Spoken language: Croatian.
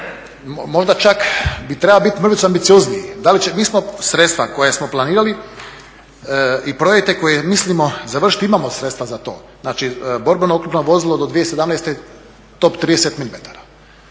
Možda čak treba biti mrvicu ambiciozniji, da li će, mi smo sredstva koja smo planirali i projekte koje mislimo završiti, imamo sredstva za to. Znači, borbeno oklopno vozilo do 2017., top 30 milimetara,